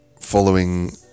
following